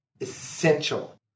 essential